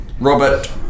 Robert